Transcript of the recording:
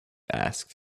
asked